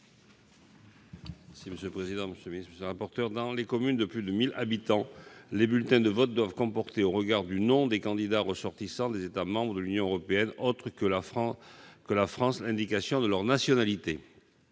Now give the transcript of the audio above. est ainsi libellé : La parole est à M. Jean-Pierre Grand. Dans les communes de plus de 1 000 habitants, les bulletins de vote doivent comporter au regard du nom des candidats ressortissants des États membres de l'Union européenne autre que la France l'indication de leur nationalité.